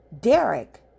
Derek